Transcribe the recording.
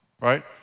right